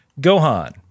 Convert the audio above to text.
Gohan